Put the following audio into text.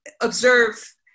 observe